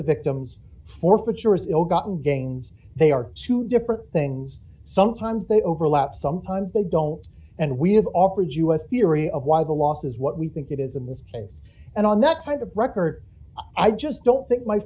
the victims forfeiture is ill gotten gains they are two different things sometimes they overlap sometimes they don't and we have offered us theory of why the law says what we think it is a miss case and on that kind of record i just don't think my